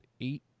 eight